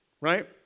right